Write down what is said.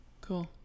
Cool